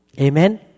Amen